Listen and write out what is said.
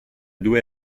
due